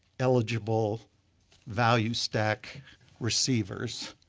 eligible value stack receivers